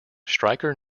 striker